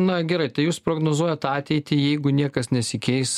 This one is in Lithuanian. na gerai tai jūs prognozuojat ateitį jeigu niekas nesikeis